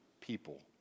people